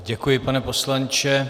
Děkuji, pane poslanče.